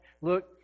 Look